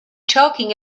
talking